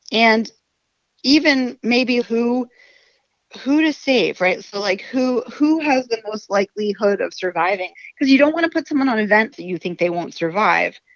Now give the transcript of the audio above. and even maybe who who to save, right? so, like, who who has the most likelihood of surviving? because you don't want to put someone on a vent that you think they won't survive.